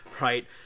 right